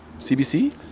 CBC